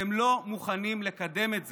אתם לא מוכנים לקדם את זה.